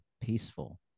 peaceful